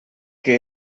que